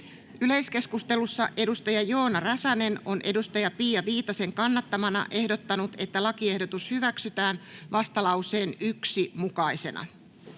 Yleiskeskustelussa Joona Räsänen on Pia Viitasen kannattamana ehdottanut, että lakiehdotus hyväksytään vastalauseen 1 mukaisena.